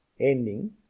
ending